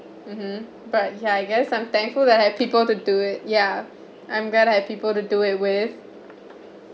mmhmm but yeah I guess I'm thankful that have people to do it yeah I'm glad I have people to do it with